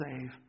save